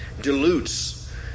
dilutes